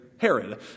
Herod